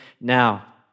now